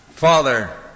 Father